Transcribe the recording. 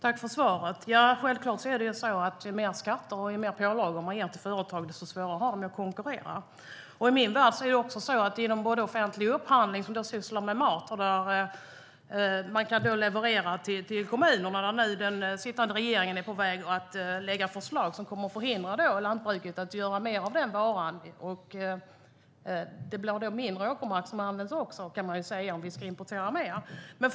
Herr talman! Jag tackar för svaret. Ja, ju mer skatter och pålagor man lägger på företagen, desto svårare har de självklart att konkurrera. Inom offentlig upphandling sysslar man också med mat, och därigenom finns det möjlighet att leverera till kommunerna. Den sittande regeringen är dock nu på väg att lägga fram förslag som kommer att förhindra lantbruket att göra mer av detta. Om vi ska importera mer blir det också mindre åkermark som används.